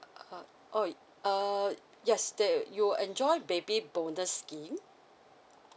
err oh uh yes they you enjoy baby bonus scheme